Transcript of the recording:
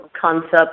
concept